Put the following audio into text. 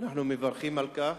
ואנחנו מברכים על כך.